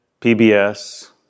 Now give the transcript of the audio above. PBS